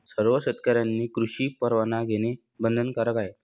सर्व शेतकऱ्यांनी कृषी परवाना घेणे बंधनकारक आहे